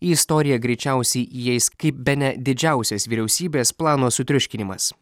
į istoriją greičiausiai įeis kaip bene didžiausias vyriausybės plano sutriuškinimas